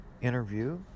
interview